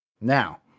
Now